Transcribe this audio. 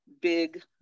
big